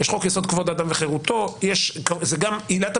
יש חוק-יסוד: כבוד האדם וחירותו,